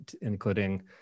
including